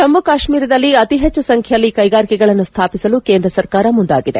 ಜಮ್ಮ ಕಾಶ್ವೀರದಲ್ಲಿ ಅತಿ ಹೆಚ್ಚು ಸಂಖ್ಯೆಯಲ್ಲಿ ಕೈಗಾರಿಕೆಗಳನ್ನು ಸ್ವಾಪಿಸಲು ಕೇಂದ್ರ ಸರಕಾರ ಮುಂದಾಗಿದೆ